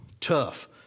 tough